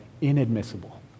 Inadmissible